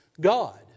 God